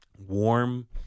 warm